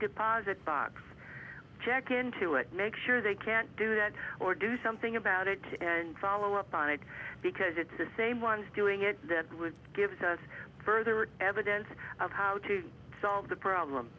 deposit box check into it make sure they can't do that or do something about it and follow up on it because you did say one doing it that would give her further evidence of how to solve the problem